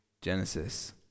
Genesis